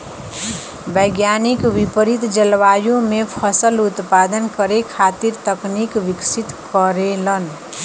वैज्ञानिक विपरित जलवायु में फसल उत्पादन करे खातिर तकनीक विकसित करेलन